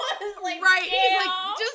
Right